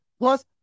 Plus